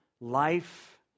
life